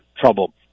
trouble